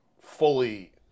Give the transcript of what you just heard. fully